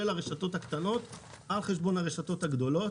הרשתות הקטנות על חשבון הרשתות הגדולות.